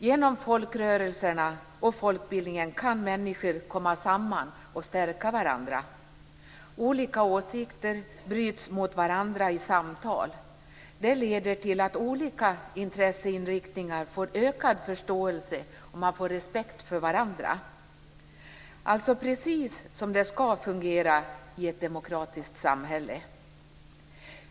Genom folkrörelserna och folkbildningen kan människor komma samman och stärka varandra. Olika åsikter bryts mot varandra i samtal. Det leder till att olika intresseinriktningar får ökad förståelse, och man får respekt för varandra. Det är precis så som det skall fungera i ett demokratiskt samhälle.